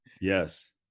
Yes